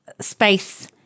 space